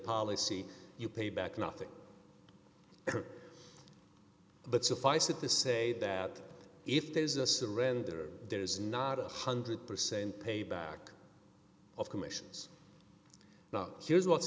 policy you pay back nothing but suffice it to say that if there is a surrender there is not a one hundred percent payback of commissions not here's what's